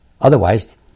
Otherwise